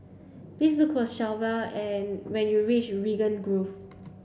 please look for Shelvia and when you reach Raglan Grove